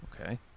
Okay